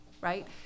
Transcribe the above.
right